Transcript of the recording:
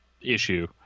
issue